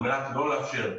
על מנת לא לאפשר.